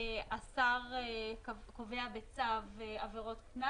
השר קובע בצו עבירות קנס